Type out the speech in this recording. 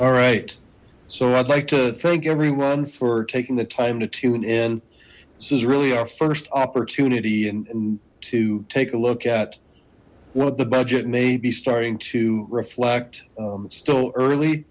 all right so i'd like to thank everyone for taking the time to tune in this is really our first opportunity and to take a look at what the budget may be starting to reflect still early